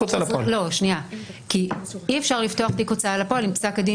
כי אי-אפשר לפתוח תיק בהוצאה לפעול אם פסק הדין